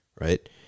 right